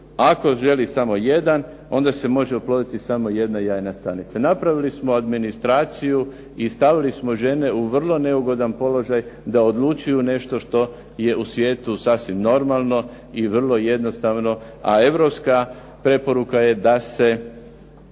Ako želi samo jedan, onda se može oploditi samo jedna jajna stanica. Napravili smo administraciju i stavili smo žene u vrlo neugodan položaj da odlučuju što je u svijetu nešto sasvim normalno i vrlo jednostavno. A europska preporuka je da se